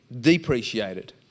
depreciated